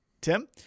Tim